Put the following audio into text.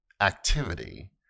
activity